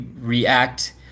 react